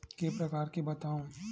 के प्रकार बतावव?